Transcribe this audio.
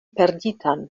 perditan